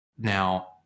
Now